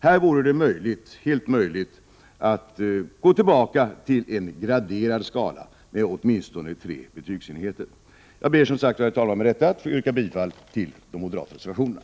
Här vore det fullt möjligt att gå tillbaka till en graderad skala med åtminstone tre betygsenheter. Jag ber som sagt, herr talman, att få yrka bifall till de moderata reservationerna.